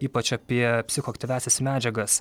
ypač apie psichoaktyviąsias medžiagas